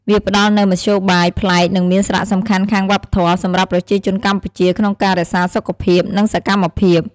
វាផ្តល់នូវមធ្យោបាយ ប្លែក និងមាន សារៈសំខាន់ខាងវប្បធម៌ សម្រាប់ប្រជាជនកម្ពុជាក្នុងការរក្សាសុខភាព និងសកម្មភាព។